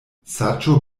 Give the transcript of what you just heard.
saĝo